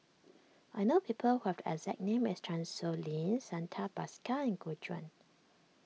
I know people who have the exact name as Chan Sow Lin Santha Bhaskar and Gu Juan